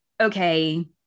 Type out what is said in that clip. okay